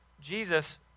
Jesus